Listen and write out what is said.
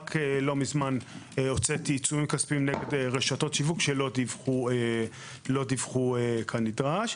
רק לא מזמן הוצאתי עיצומים כספיים נגד רשתות שיווק שלא דיווחו כנדרש.